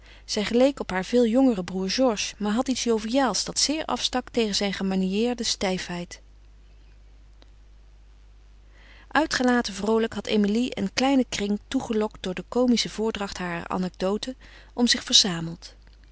zij geleek op haar veel jongeren broêr georges maar had iets joviaals dat zeer afstak tegen zijn gemaniereerde stijfheid uitgelaten vroolijk had emilie een kleinen kring toegelokt door de komische voordracht harer anecdoten om zich verzameld